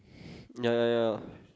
ya ya ya